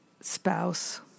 spouse